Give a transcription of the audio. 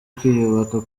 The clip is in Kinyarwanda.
kwiyubaka